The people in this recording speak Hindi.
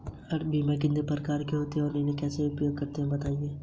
आर.टी.जी.एस बैंक के किस काम में आता है?